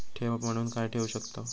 ठेव म्हणून काय ठेवू शकताव?